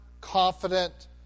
confident